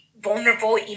vulnerable